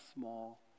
small